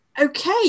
Okay